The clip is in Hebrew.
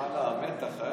המתח.